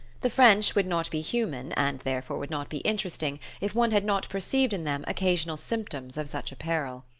the french would not be human, and therefore would not be interesting, if one had not perceived in them occasional symptoms of such a peril.